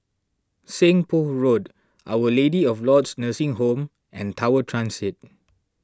Seng Poh Road Our Lady of Lourdes Nursing Home and Tower Transit